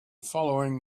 following